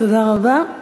תודה רבה.